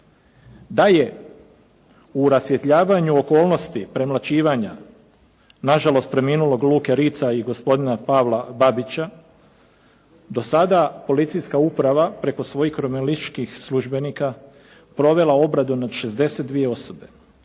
da je u rasvjetljavanju okolnosti premlaćivanja nažalost preminulog Luke Ritza i gospodina Pavla Babića do sad policijska uprava preko svojih kriminalističkih službenika provela obradu nad 62 osobe.